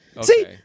See